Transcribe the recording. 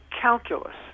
calculus